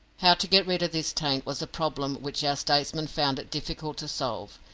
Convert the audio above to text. how to get rid of this taint was a problem which our statesmen found it difficult to solve.